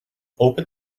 open